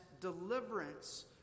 deliverance